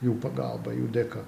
jų pagalba jų dėka